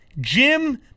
Jim